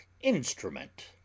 instrument